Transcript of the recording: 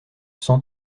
cent